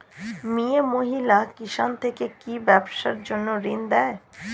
মিয়ে মহিলা কিষান থেকে কি ব্যবসার জন্য ঋন দেয়?